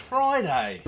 Friday